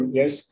yes